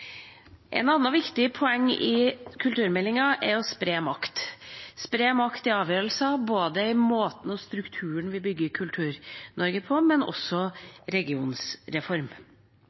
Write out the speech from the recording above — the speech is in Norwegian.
en betydelig realvekst. I tillegg bruker vi over 5 mrd. kr av spilleoverskuddet fra Norsk Tipping. Et annet viktig poeng i kulturmeldinga er å spre makt – spre makt i avgjørelser i måten og strukturen vi